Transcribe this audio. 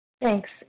Thanks